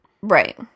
Right